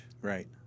Right